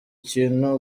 ikintu